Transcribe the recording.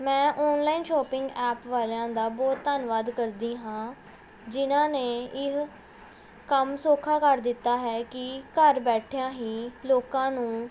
ਮੈਂ online shopping app ਵਾਲਿਆਂ ਦਾ ਬਹੁਤ ਧੰਨਵਾਦ ਕਰਦੀ ਹਾਂ ਜਿਹਨਾਂ ਨੇ ਇਹ ਕੰਮ ਸੌਖਾ ਕਰ ਦਿੱਤਾ ਹੈ ਕਿ ਘਰ ਬੈਠਿਆਂ ਹੀ ਲੋਕਾਂ ਨੂੰ